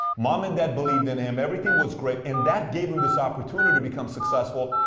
mom and dad believed in him. everything was great, and that gave him this opportunity to become successful,